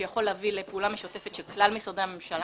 שיכול להביא לפעולה משותפת של כלל משרדי הממשלה.